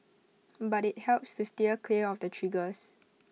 but IT helps to steer clear of the triggers